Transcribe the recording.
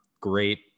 Great